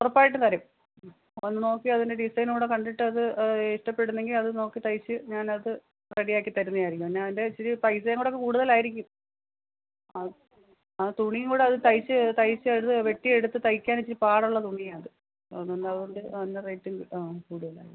ഉറപ്പായിട്ടും തരും ഒന്ന് നോക്കി അതിൻ്റെ ഡിസൈന് കൂടെ കണ്ടിട്ട് അത് ഇഷ്ടപ്പെടുന്നെങ്കിൽ അത് നോക്കി തയ്ച്ച് ഞാൻ അത് റെഡിയാക്കി തരുന്നതായിരിക്കും പിന്നെ അതിൻ്റെ ഇച്ചിരി പൈസയും കൂടെ കൂടുതലായിരിക്കും ആ ആ തുണിയും കൂടെ അത് തയ്ച്ച് തയ്ച്ചത് വെട്ടി എടുത്ത് തയ്ക്കാൻ ഇച്ചിരി പാടുള്ള തുണിയാണ് അത് അത് പിന്നെ അത് കൊണ്ട് അതിൻ്റെ റേറ്റ് ആ കൂടിയതാണ്